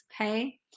Okay